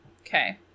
Okay